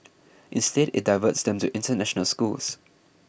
instead it diverts them to international schools